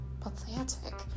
Pathetic